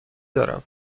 دارم